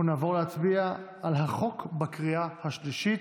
אנחנו נעבור להצביע על החוק בקריאה השלישית.